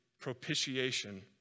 propitiation